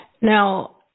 Now